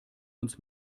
uns